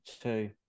two